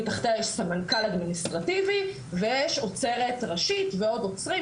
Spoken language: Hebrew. מתחתיה יש סמנכ"ל אדמיניסטרטיבי ויש אוצרת ראשית ועוד אוצרים,